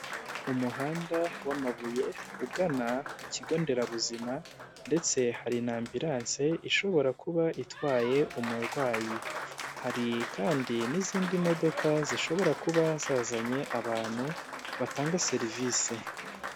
Umuhanda w'amabuye ugana ku kigo nderabuzima ndetse hari na ambulance ishobora kuba itwaye umurwayi, hari kandi n'izindi modoka zishobora kuba zazanye abantu batanga serivisi.